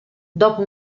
dopo